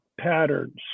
patterns